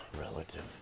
relative